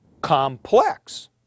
complex